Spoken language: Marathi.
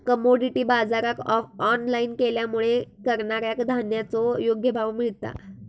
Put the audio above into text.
कमोडीटी बाजराक ऑनलाईन केल्यामुळे करणाऱ्याक धान्याचो योग्य भाव मिळता